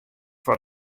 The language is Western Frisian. foar